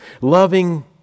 loving